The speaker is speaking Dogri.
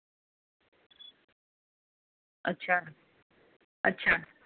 अच्छा अच्छा